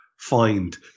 find